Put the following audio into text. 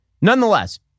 Nonetheless